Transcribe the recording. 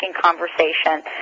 conversation